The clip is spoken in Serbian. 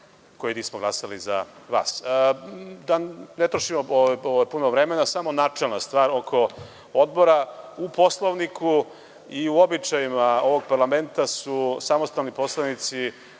koji nismo glasali za vas. Da ne trošimo puno vremena, samo načelna stvar oko odbora. U Poslovniku i u običajima ovog parlamenta su samostalni poslanici